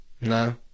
No